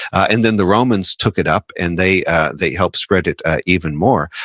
and then the romans took it up and they they helped spread it even more.